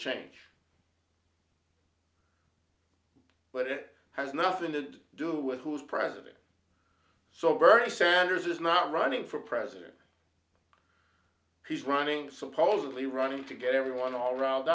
change but it has nothing to do with who's president so bernie sanders is not running for president he's running supposedly running to get everyone all riled